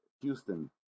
Houston